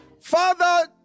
Father